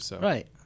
Right